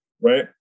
right